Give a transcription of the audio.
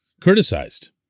criticized